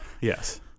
Yes